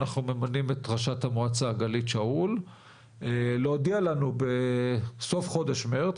אנחנו ממנים את רשת המועצה גלית שאול להודיע לנו בסוף חודש מארס,